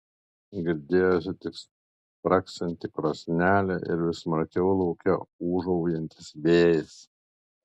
girdėjosi tik spragsinti krosnelė ir vis smarkiau lauke ūžaujantis vėjas